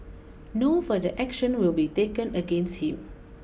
no further action will be taken against him